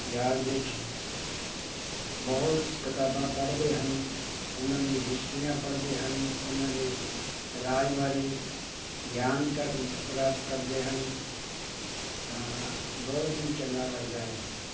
ਯਾਦ ਵਿੱਚ ਬਹੁਤ ਕਿਤਾਬਾਂ ਪੜ੍ਹਦੇ ਹਨ ਉਹਨਾਂ ਦੀਆਂ ਹਿਸਟਰੀਆਂ ਪੜ੍ਹਦੇ ਹਨ ਉਹਨਾਂ ਦੇ ਰਾਜ ਬਾਰੇ ਗਿਆਨ ਕਰ ਪ੍ਰਾਪਤ ਕਰਦੇ ਹਨ ਤਾਂ ਬਹੁਤ ਹੀ ਚੰਗਾ ਲੱਗਦਾ ਹੈ